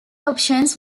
options